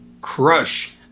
Crush